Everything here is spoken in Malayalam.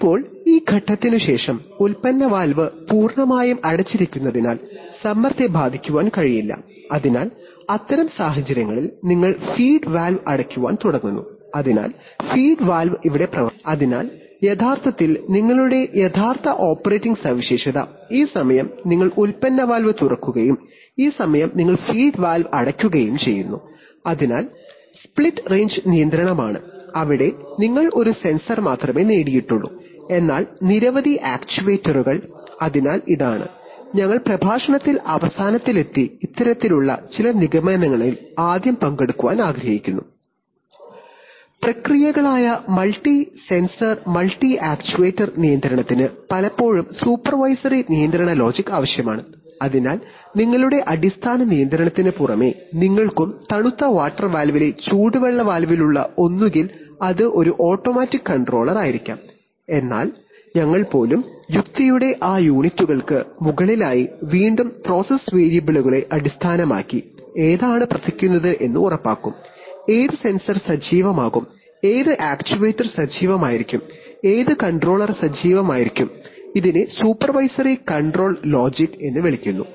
ഇപ്പോൾ ഈ ഘട്ടത്തിനുശേഷം ഉൽപ്പന്ന വാൽവ് പൂർണ്ണമായും അടച്ചിരിക്കുന്നതിനാൽ സമ്മർദ്ദത്തെ ബാധിക്കാൻ കഴിയില്ല അതിനാൽ അത്തരം സാഹചര്യങ്ങളിൽ നിങ്ങൾ ഫീഡ് വാൽവ് അടയ്ക്കാൻ തുടങ്ങുന്നു അതിനാൽ ഫീഡ് വാൽവ് ഇവിടെ പ്രവർത്തിക്കുന്നു അതിനാൽ യഥാർത്ഥത്തിൽ നിങ്ങളുടെ യഥാർത്ഥ ഓപ്പറേറ്റിംഗ് സവിശേഷത ഈ സമയം നിങ്ങൾ ഉൽപ്പന്ന വാൽവ് തുറക്കുകയും ഈ സമയം നിങ്ങൾ ഫീഡ് വാൽവ് അടയ്ക്കുകയും ചെയ്യുന്നു അതിനാൽ ഇത് സ്പ്ലിറ്റ് റേഞ്ച് നിയന്ത്രണമാണ് അവിടെ നിങ്ങൾ ഒരു സെൻസർ മാത്രമേ നേടിയിട്ടുള്ളൂ എന്നാൽ നിരവധി ആക്യുവേറ്ററുകൾ അതിനാൽ ഞങ്ങൾ ഇതാണ് ഞങ്ങൾ പ്രഭാഷണത്തിന്റെ അവസാനത്തിലെത്തി ഇത്തരത്തിലുള്ള ചില നിഗമനങ്ങളിൽ ആദ്യം പങ്കെടുക്കാൻ ആഗ്രഹിക്കുന്നു പ്രക്രിയകളായ മൾട്ടി സെൻസർ മൾട്ടി ആക്യുവേറ്റർ നിയന്ത്രണത്തിന് പലപ്പോഴും സൂപ്പർവൈസറി നിയന്ത്രണ ലോജിക് ആവശ്യമാണ് അതിനാൽ അടിസ്ഥാന നിയന്ത്രണത്തിന് പുറമെ തണുത്ത വാട്ടർ വാൽവ് അഥവാ ചൂടുവെള്ള വാൽവ് പ്രവർത്തനം നിശ്ചയിക്കുന്നത് ഒരു ഓട്ടോമാറ്റിക് കണ്ട്രോളറായിരിക്കും വീണ്ടും പ്രോസസ്സ് വേരിയബിളുകളെ അടിസ്ഥാനമാക്കി ഏതാണ് പ്രവർത്തിക്കുന്നത് എന്ന് ഉറപ്പാക്കും ഏത് സെൻസർ സജീവമാകും ഏത് ആക്യുവേറ്റർ സജീവമായിരിക്കും ഏത് കൺട്രോളർ സജീവമായിരിക്കും അതിനാൽ ഇതിനെ സൂപ്പർവൈസറി കൺട്രോൾ ലോജിക് എന്ന് വിളിക്കുന്നു